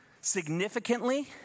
significantly